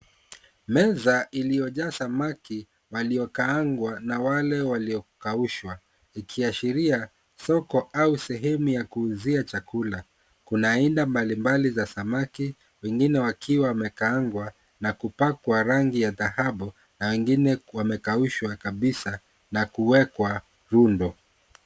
Meza iliyojaa samaki waliokaangwa na wale waliokaushwa, ikiyashiria soko au sehemu ya kuuzia chakula, .Kuna aina mbalimbali za samaki wengine wakiwa wamekaangwa na kupakwa rangi ya dhahabu na wengine wamekaushwa kabisa na kuwekwa rundo.